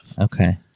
okay